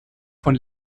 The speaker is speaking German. von